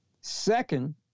second